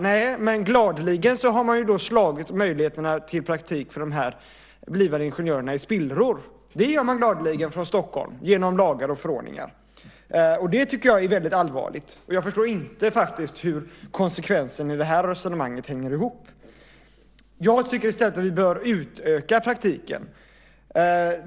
Nej, men gladeligen har man slagit möjligheterna till praktik för dessa blivande ingenjörer i spillror. Det gör man gladeligen från Stockholm genom lagar och förordningar, och det tycker jag är väldigt allvarligt. Jag förstår inte hur konsekvensen i det resonemanget hänger ihop. Jag tycker i stället att vi bör utöka praktiken.